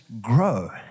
grow